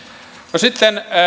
no sitten